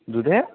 দুধে